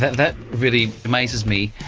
that really amazes me,